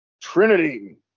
Trinity